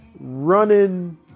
running